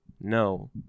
no